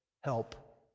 help